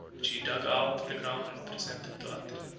which he dug out of the ground and presented to attila.